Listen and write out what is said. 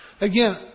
again